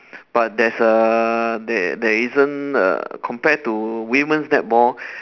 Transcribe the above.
but there's a there there isn't err compared to women's netball